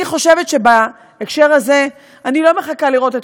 אני חושבת שבהקשר הזה אני לא מחכה לראות את